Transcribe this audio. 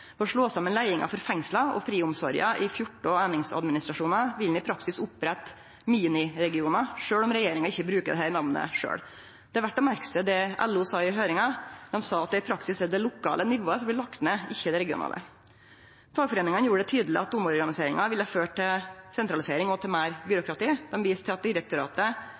å slå saman leiinga for fengsla og friomsorga i 14 einingsadministrasjonar vil ein i praksis opprette «mini-regionar», sjølv om regjeringa ikkje bruker dette namnet sjølv. Det er verdt å merke seg det LO sa i høyringa. Dei sa at i praksis er det det lokale nivået som blir lagt ned, og ikkje det regionale. Fagforeiningane gjorde det tydeleg at omorganiseringa ville føre til sentralisering og til meir byråkrati. Dei viste til at direktoratet